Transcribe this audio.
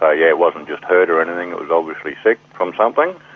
ah yeah it wasn't just hurt or anything, it was obviously sick from something.